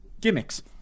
gimmicks